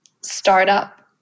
startup